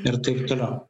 ir taip toliau